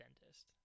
dentist